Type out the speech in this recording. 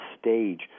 stage